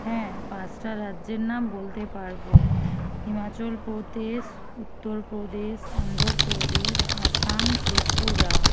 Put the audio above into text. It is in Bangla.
হ্যাঁ পাঁচটা রাজ্যের নাম বলতে পারব হিমাচলপ্রদেশ উত্তরপ্রদেশ অন্ধ্রপ্রদেশ আসাম ত্রিপুরা